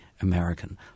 American